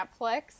Netflix